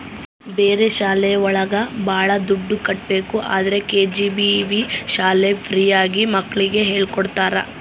ಬೇರೆ ಶಾಲೆ ಒಳಗ ಭಾಳ ದುಡ್ಡು ಕಟ್ಬೇಕು ಆದ್ರೆ ಕೆ.ಜಿ.ಬಿ.ವಿ ಶಾಲೆ ಫ್ರೀ ಆಗಿ ಮಕ್ಳಿಗೆ ಹೇಳ್ಕೊಡ್ತರ